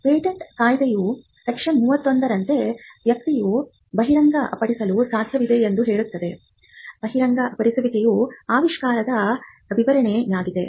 patent ಕಾಯ್ದೆಯ section 31 ರಂತೆ ವ್ಯಕ್ತಿಯು ಬಹಿರಂಗಪಡಿಸಲು ಸಾಧ್ಯವಿದೆ ಎಂದು ಹೇಳುತ್ತದೆ ಬಹಿರಂಗಪಡಿಸುವಿಕೆಯು ಆವಿಷ್ಕಾರದ ವಿವರಣೆಯಾಗಿದೆ